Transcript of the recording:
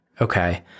Okay